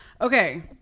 Okay